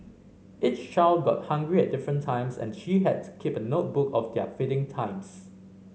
each child got hungry at different times and she had to keep a notebook of their feeding times